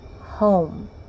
home